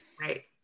Right